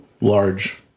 large